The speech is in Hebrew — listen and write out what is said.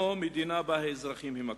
או מדינה שבה האזרחים הם הכלי?